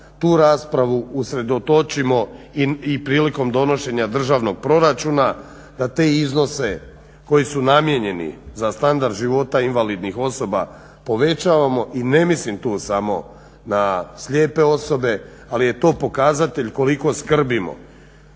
tu raspravu usredotočimo i prilikom donošenja državnog proračuna, da te iznose koji su namijenjeni za standard život invalidnih osoba povećamo i ne mislim tu samo na slijepe osobe ali je to pokazatelj koliko skrbimo